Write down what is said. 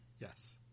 Yes